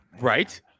Right